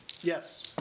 Yes